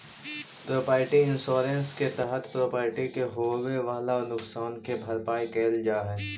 property insurance के तहत property के होवेऽ वाला नुकसान के भरपाई कैल जा हई